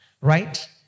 right